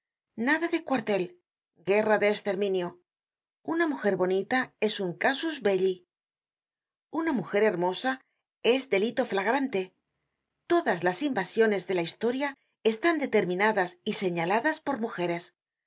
nada de cuartel guerra de esterminio una mujer bonita es un casus belli una mujer hermosa es delito flagrante todas las invasiones de la historia están determinadas y señaladas por mujeres